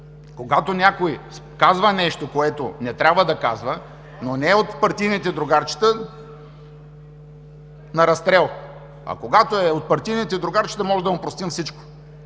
когато някой казва нещо, което не трябва да казва, но не е от партийните другарчета – на разстрел, а когато е от партийните другарчета, можем да му простим всичко.